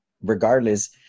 regardless